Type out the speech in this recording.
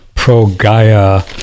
pro-Gaia